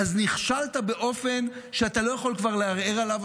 אז נכשלת באופן שאתה כבר לא יכול לערער עליו.